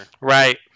Right